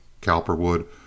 Cowperwood